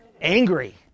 angry